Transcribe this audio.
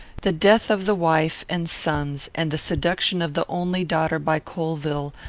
the death of the wife and sons, and the seduction of the only daughter by colvill,